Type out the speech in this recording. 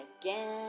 again